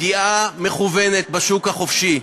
פגיעה מכוונת בשוק החופשי,